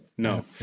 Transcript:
No